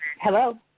Hello